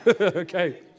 Okay